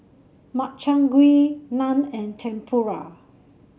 Makchang Gui Naan and Tempura